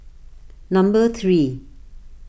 number three